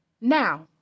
Now